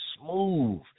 smooth